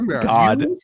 God